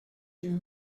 you